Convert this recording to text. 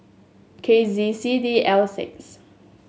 K Z C D L six